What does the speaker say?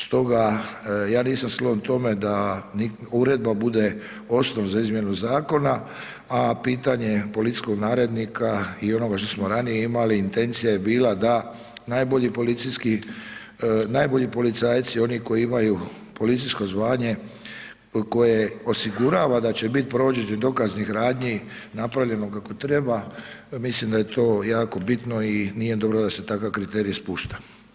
Stoga ja nisam sklon tome da uredba bude osnov za izmjenu zakona, a pitanje policijskog narednika i onoga što smo ranije imali, intencija je bila da najbolji policijski, najbolji policajci oni koji imaju policijsko zvanje, koje osigurava da će biti provođenje dokaznih radnji napravljeno kako treba, mislim da je to jako bitno i nije dobro da se takav kriterij spušta.